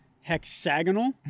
Hexagonal